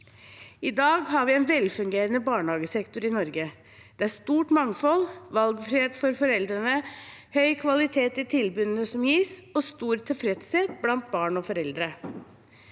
I dag har vi en velfungerende barnehagesektor i Norge. Det er stort mangfold, valgfrihet for foreldrene, høy kvalitet i tilbudene som gis, og stor tilfredshet blant barn og foreldre.